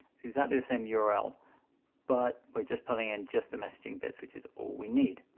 it's exactly the same yeah url but we're just pulling in just the messaging bits, which is all we need.